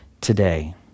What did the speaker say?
today